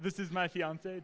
this is my fiance